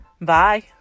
Bye